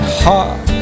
heart